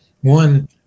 one